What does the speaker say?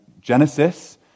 Genesis